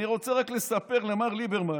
אני רוצה רק לספר למר ליברמן,